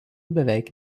beveik